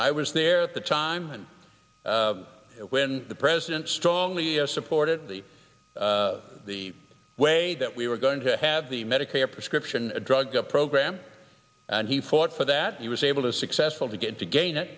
i was there at the time when the president strongly supported the the way that we were going to have the medicare prescription drug program and he fought for that he was able to successfully get to gain